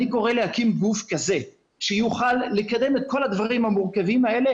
אני קורא להקים גוף כזה שיוכל לקדם את כל הדברים המורכבים האלה